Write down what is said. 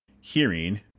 hearing